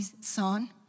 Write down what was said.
son